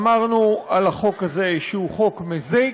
אמרנו על החוק הזה שהוא חוק מזיק,